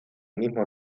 mismo